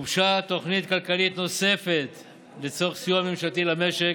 גובשה תוכנית כלכלית נוספת לצורך סיוע ממשלתי למשק